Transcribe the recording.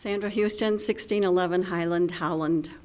sandra houston sixteen eleven highland holland